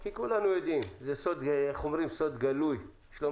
כי כולנו יודעים זה סוד גלוי שלא